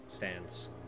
Stands